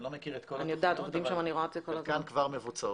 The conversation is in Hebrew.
אני לא מכיר את כל התוכניות אבל חלקן כבר מבוצעות.